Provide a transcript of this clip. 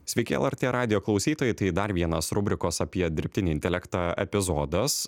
sveiki lrt radijo klausytojai tai dar vienas rubrikos apie dirbtinį intelektą epizodas